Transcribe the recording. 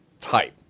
type